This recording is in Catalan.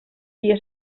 dia